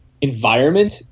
environment